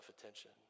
attention